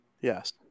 Yes